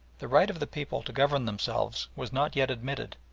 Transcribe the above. the right of the people to govern themselves was not yet admitted,